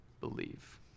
believe